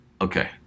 Okay